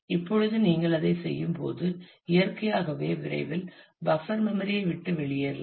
இப்பொழுது நீங்கள் அதைச் செய்யும்போது இயற்கையாகவே விரைவில் பஃப்பர் மெம்மரி ஐ விட்டு வெளியேறலாம்